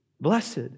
Blessed